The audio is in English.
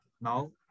now